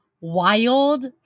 wild